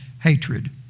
hatred